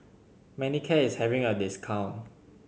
Manicare is having a discount